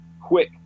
quick